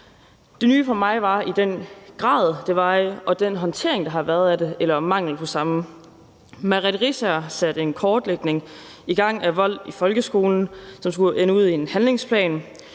det nye for mig er den grad, det sker i, og den håndtering, der har været af det, eller mangel på samme. Merete Riisager satte en kortlægning af vold i folkeskolen i gang, som skulle munde ud i en handlingsplan.